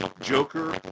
Joker